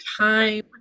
time